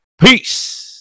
Peace